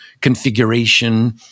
configuration